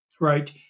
right